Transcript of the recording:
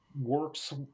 works